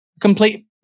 complete